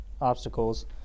obstacles